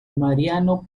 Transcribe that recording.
mariano